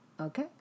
okay